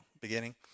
beginning